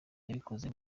yabikoze